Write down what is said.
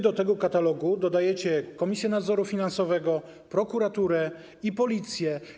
Do tego katalogu dodajecie Komisję Nadzoru Finansowego, prokuraturę i Policję.